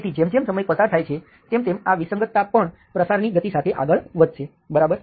તેથી જેમ જેમ સમય પસાર થાય છે તેમ તેમ આ વિસંગતતા પણ પ્રચારની ગતિ સાથે આગળ વધશે બરાબર